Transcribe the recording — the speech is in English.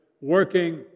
working